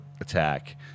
attack